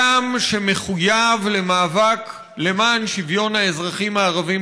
הוא אדם שמחויב למאבק למען שוויון האזרחים הערבים